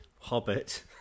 hobbit